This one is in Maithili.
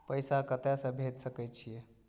पैसा कते से भेज सके छिए?